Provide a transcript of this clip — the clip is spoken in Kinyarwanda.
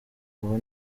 aho